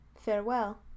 Farewell